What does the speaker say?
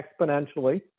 exponentially